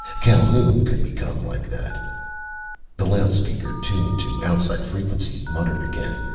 calhoun could become like that the loud-speaker tuned to outside frequencies muttered again.